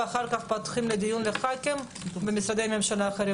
ואחר כך נפתח לדיון לחברי הכנסת ולמשרדי הממשלה האחרים.